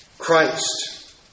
Christ